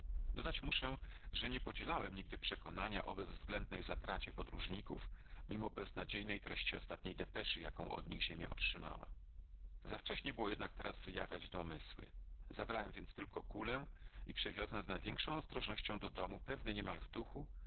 dodać muszę że nie podzielałem nigdy przekonania o bezwzględnej zatracie podróżników mimo beznadziejnej treści ostatniej depeszy jaką od nich ziemia otrzymała zawcześnie było jednak teraz wyjawiać domysły zabrałem więc tylko kulę i przewiozłem z największą ostrożnością do domu pewny niemal w duchu